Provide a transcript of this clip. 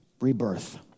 rebirth